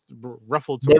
ruffled